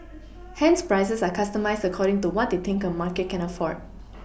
hence prices are customised according to what they think a market can afford